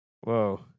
Whoa